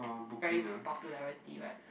very popularity right